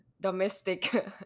domestic